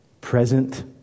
present